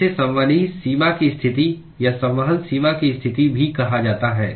इसे संवहनी सीमा की स्थिति या संवहन सीमा की स्थिति भी कहा जाता है